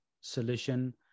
solution